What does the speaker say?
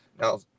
now